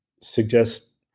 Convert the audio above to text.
suggest